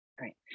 Right